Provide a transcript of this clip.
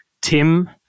Tim